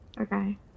Okay